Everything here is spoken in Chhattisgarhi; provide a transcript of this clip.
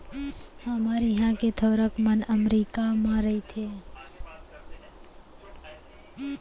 हमर इहॉं के थोरक मन अमरीका म रइथें